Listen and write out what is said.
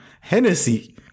Hennessy